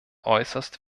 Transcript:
äußerst